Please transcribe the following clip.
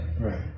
Right